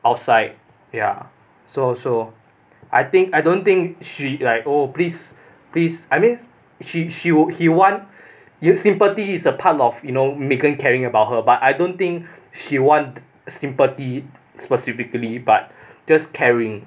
outside ya so so I think I don't think she like oh please please I mean she she will he want sympathy is a part of you know megan caring about her but I don't think she want sympathy specifically but just caring